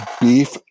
beef